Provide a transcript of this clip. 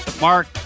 Mark